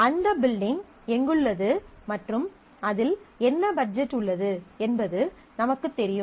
அந்த பில்டிங் எங்குள்ளது மற்றும் அதில் என்ன பட்ஜெட் உள்ளது என்பது நமக்குத் தெரியும்